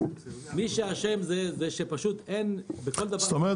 מי שאשם זה- - זאת אומרת,